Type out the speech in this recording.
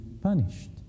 punished